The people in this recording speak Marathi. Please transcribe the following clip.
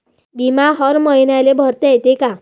बिमा हर मईन्याले भरता येते का?